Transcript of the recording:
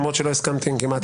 למרות שלא הסכמתי עם כמעט כולם.